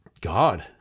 God